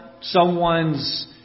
someone's